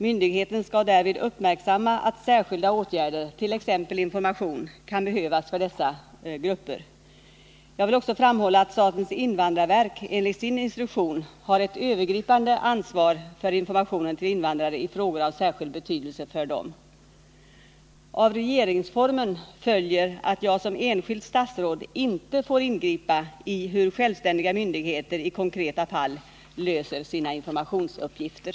Myndigheten skall därvid uppmärksamma att särskilda åtgärder, t.ex. information, kan behövas för dessa grupper. Jag vill också framhålla att statens invandrarverk enligt sin instruktion har ett övergripande ansvar för information till invandrare i frågor av särskild betydelse för dem. Av regeringsformen följer att jag som enskilt statsråd inte får ingripa i hur självständiga myndigheter i konkreta fall löser sina informationsuppgifter.